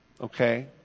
okay